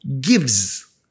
gives